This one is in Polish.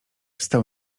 stał